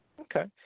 Okay